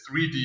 3D